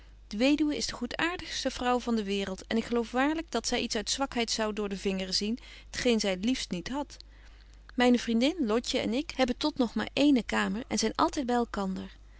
de weduwe is de goedaartigste vrouw van de waereld en ik geloof waarlyk dat zy iets uit zwakheid zou door de vingeren zien t geen zy liefst niet hadt myne vriendin lotje en ik hebben tot nog maar ééne kamer en zyn altyd by elkander